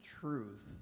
truth